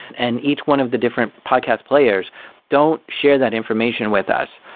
and each one of the different podcast players don't share that information with us.